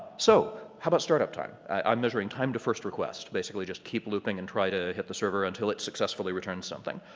so how about start up time? i'm measuring time to first request, basically, just keep looping and try to hit the server until it successfully returns something.